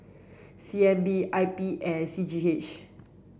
C N B I P and C G H